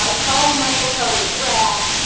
ah calling michael cohen a rat,